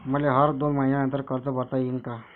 मले हर दोन मयीन्यानंतर कर्ज भरता येईन का?